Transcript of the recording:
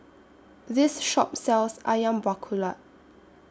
This Shop sells Ayam Buah Keluak